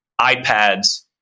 iPads